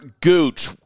Gooch